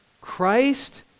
Christ